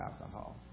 alcohol